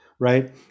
right